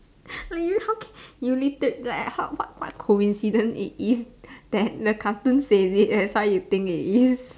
are you how can you lit it like how what what coincidence it is that the cartoon says it that's why you think it is